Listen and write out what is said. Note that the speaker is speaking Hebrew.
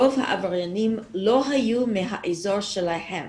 רוב העבריינים לא היו מהאזור שלהם.